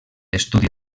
estudis